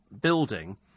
building